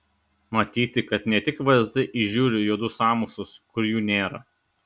matyti kad ne tik vsd įžiūri juodus sąmokslus kur jų nėra